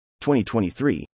2023